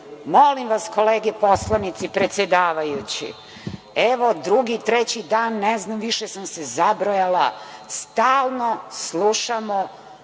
Molim vas, kolege poslanici, predsedavajući, evo, drugi-treći dan, ne znam, više sam se zabrojala, stalno slušamo